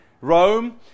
Rome